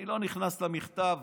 אני לא נכנס למכתב